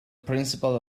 principle